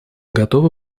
готовы